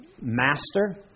master